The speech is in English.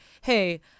hey